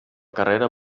carrera